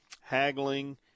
haggling